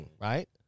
Right